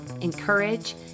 encourage